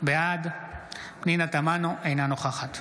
בעד פנינה תמנו, אינה נוכחת